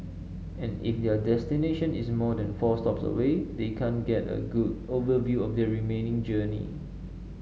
and if their destination is more than four stops away they can't get a good overview of their remaining journey